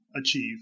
achieve